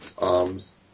arms